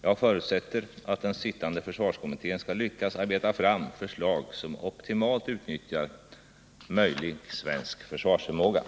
Jag förutsätter att den sittande försvarskommittén skall lyckas arbeta fram förslag som optimalt Nr 167